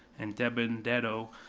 and debenedetto,